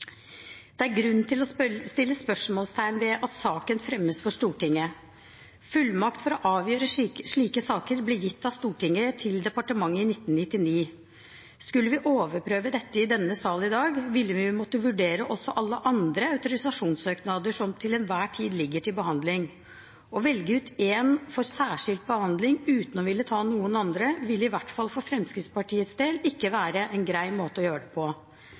Det er grunn til å sette spørsmålstegn ved at saken fremmes for Stortinget. Fullmakt til å avgjøre slike saker ble gitt av Stortinget til departementet i 1999. Skulle vi overprøve dette i denne sal i dag, ville vi måtte vurdere også alle andre autorisasjonssøknader som til enhver tid ligger til behandling. Å velge ut én for særskilt behandling, uten å ville ta noen andre, ville i hvert fall for Fremskrittspartiets del ikke være en grei måte å gjøre det på.